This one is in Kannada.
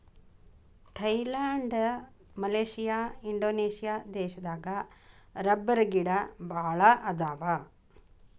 ಥೈಲ್ಯಾಂಡ ಮಲೇಷಿಯಾ ಇಂಡೋನೇಷ್ಯಾ ದೇಶದಾಗ ರಬ್ಬರಗಿಡಾ ಬಾಳ ಅದಾವ